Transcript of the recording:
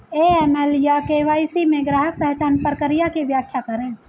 AML या KYC में ग्राहक पहचान प्रक्रिया की व्याख्या करें?